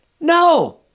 No